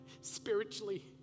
spiritually